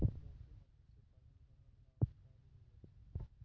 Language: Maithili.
मोती मतस्य पालन बड़ो लाभकारी हुवै छै